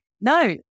no